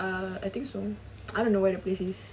uh I think so I don't know where the place is